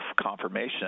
confirmation